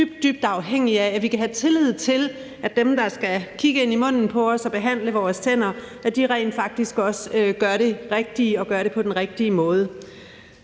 dybt afhængige af, at vi kan have tillid til, at dem, der skal kigge ind i munden på os og behandle vores tænder, rent faktisk også gør det rigtige og gør det på den rigtige måde.